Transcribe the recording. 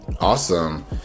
Awesome